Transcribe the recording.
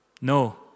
No